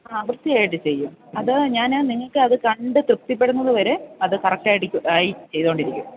ആ വൃത്തിയായിട്ട് ചെയ്യും അത് ഞാൻ നിങ്ങൾക്ക് അത് കണ്ടു തൃപ്തിപ്പെടുന്നതുവരെ അത് കറക്റ്റായി ആയി ചെയ്തു കൊണ്ടിരിക്കും